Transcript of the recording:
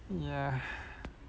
ya